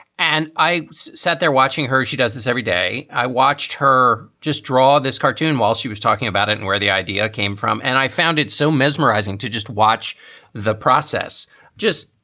and i sat there watching her. she does this every day. i watched her just draw this cartoon while she was talking about it and where the idea came from. and i found it so mesmerizing to just watch the process just,